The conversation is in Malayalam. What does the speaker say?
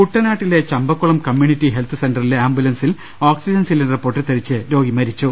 കൂട്ടനാട്ടിലെ ചമ്പക്കുളം കമ്മ്യൂണിറ്റി ഹെൽത്ത് സെന്ററിലെ ആമ്പുലൻസിൽ ഓക്സിജൻ സിലിണ്ടർ പൊട്ടിത്തെറിച്ച് രോഗി മരിച്ചു